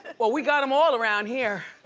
well we got them all around here.